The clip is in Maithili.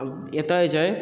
एतऽ जे छै